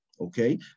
okay